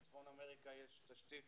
בצפון אמריקה תשתית